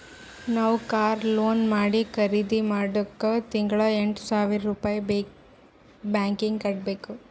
ನಾವ್ car loan ಮಾಡಿ ಖರ್ದಿ ಮಾಡಿದ್ದುಕ್ ತಿಂಗಳಾ ಎಂಟ್ ಸಾವಿರ್ ರುಪಾಯಿ ಬ್ಯಾಂಕೀಗಿ ಕಟ್ಟಬೇಕ್